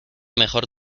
mejor